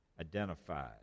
identified